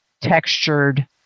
textured